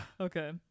Okay